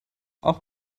auch